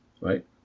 right